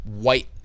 white